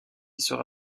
sera